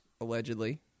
allegedly